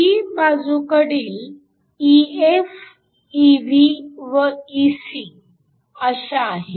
p बाजूकडील EF Ev व Ec अशा आहेत